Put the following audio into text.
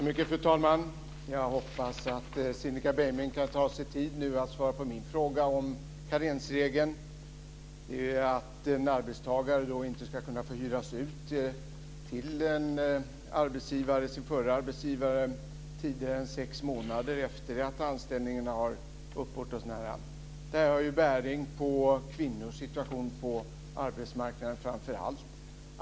Fru talman! Jag hoppas att Cinnika Beiming nu tar sig tid att svara på min fråga om karensregeln, att en arbetstagare inte ska kunna hyras ut till sin förra arbetsgivare tidigare än sex månader efter det att anställningen har upphört. Det har bäring på framför allt kvinnors situation på arbetsmarknaden.